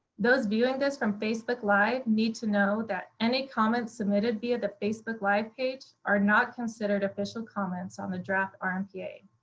those viewing this from facebook live need to know that any comments submitted via the facebook live page are not considered official comments on the draft rmpa.